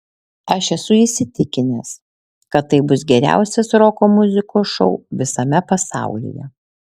aš esu įsitikinęs kad tai bus geriausias roko muzikos šou visame pasaulyje